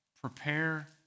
prepare